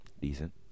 Decent